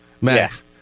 Max